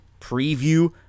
preview